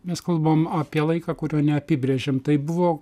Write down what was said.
mes kalbam apie laiką kurio neapibrėžėm tai buvo